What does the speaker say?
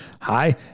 hi